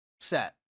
set